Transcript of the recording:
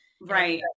Right